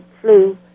flew